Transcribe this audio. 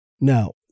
Now